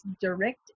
direct